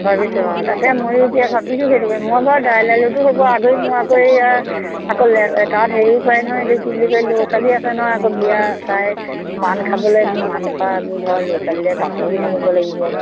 ভাবিছোঁ অঁ তাকে ময়ো এতিয়া ভাবিছোঁ সেইটোকে মই বাৰু দাইল আলুটো হ'ব আধুই মোৰ আকৌ এইয়া আকৌ লে তাত হেৰিও পায় নহয় এই কি বুলি কয় ল'ৰা ছোৱালী আছে নহয় আকৌ বিয়া চাই মান খাবলে মান খোৱা এইবোৰ ল'ৰা ছোৱালীয়ে কাপোৰো কিনি নিব লাগিব